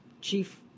chief